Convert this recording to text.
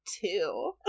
two